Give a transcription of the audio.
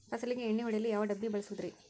ಫಸಲಿಗೆ ಎಣ್ಣೆ ಹೊಡೆಯಲು ಯಾವ ಡಬ್ಬಿ ಬಳಸುವುದರಿ?